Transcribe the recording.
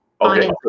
Okay